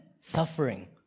suffering